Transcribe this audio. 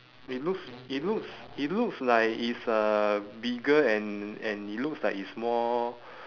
it looks it looks it looks like it's a bigger and and it looks like it's more